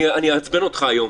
אני אעצבן אותך היום,